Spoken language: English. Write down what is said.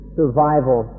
survival